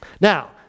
Now